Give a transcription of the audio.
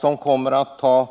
Det kommer att ta